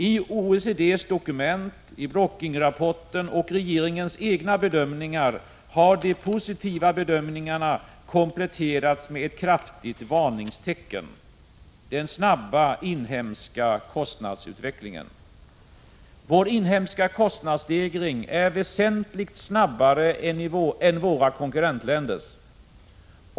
I OECD:s dokument, i Brooking-rapporten och i regeringens egna bedömningar har de positiva bedömningarna kompletterats med ett kraftigt varingstecken: den snabba inhemska kostnadsutvecklingen! Vår inhemska konstnadsstegring är väsentligt snabbare än våra konkurrentländers.